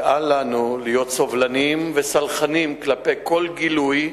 ואל לנו להיות סובלניים וסלחניים כלפי כל גילוי,